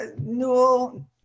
Newell